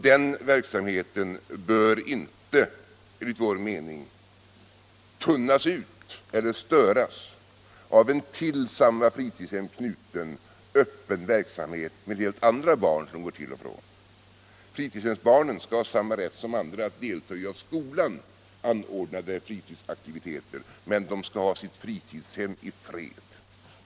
Den verksamheten bör enligt min mening inte tunnas ut eller störas av en till samma fritidshem knuten öppen verksamhet med helt andra barn som går till och från. Fritidshemsbarnen skall ha samma rätt som andra att delta i av skolan anordnade fritidsaktiviteter men skall ha sitt fritidshem i fred.